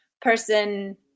person